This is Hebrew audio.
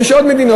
יש עוד מדינות.